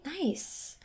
nice